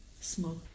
Smoke